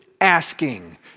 asking